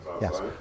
Yes